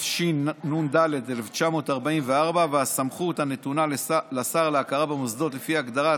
התשנ"ד 1994 והסמכות הנתונה לשר להכרה במוסדות לפי הגדרת